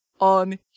on